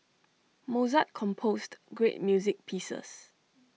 Mozart composed great music pieces